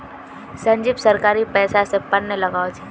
संजीव सरकारी पैसा स पंप लगवा छ